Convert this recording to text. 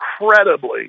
incredibly